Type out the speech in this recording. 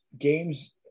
games